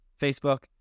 Facebook